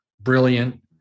brilliant